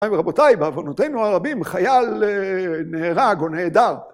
‫גבירותי ורבותיי, בעוונותינו הרבים, ‫חייל נהרג או נעדר.